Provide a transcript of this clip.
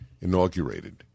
inaugurated